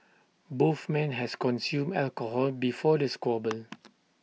both men has consumed alcohol before the squabble